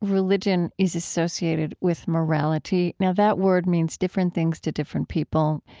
religion is associated with morality. now, that word means different things to different people.